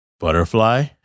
Butterfly